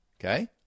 okay